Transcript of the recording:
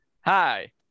hi